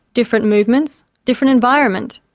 different movements, different environment.